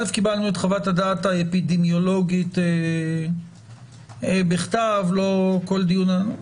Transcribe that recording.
קיבלנו את חוות הדעת האפידמיולוגית בכתב, אנחנו